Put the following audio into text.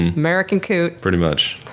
and american coot. pretty much.